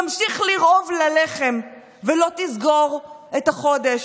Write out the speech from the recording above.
תמשיך לרעוב ללחם ולא תסגור את החודש,